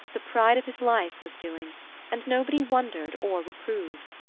the pride of his life, was doing and nobody wondered or reproved.